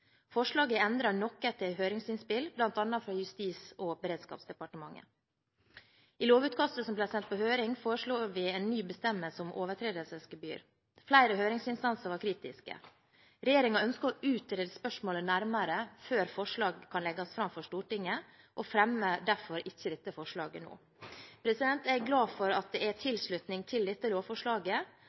Forslaget er endret noe etter høringsinnspill fra bl.a. fra Justis- og beredskapsdepartementet. I lovutkastet som ble sendt på høring, foreslo vi en ny bestemmelse om overtredelsesgebyr. Flere høringsinstanser var kritiske. Regjeringen ønsker å utrede spørsmålet nærmere før forslag kan legges fram for Stortinget, og fremmer derfor ikke dette forslaget nå. Jeg er glad for at det er tilslutning til dette lovforslaget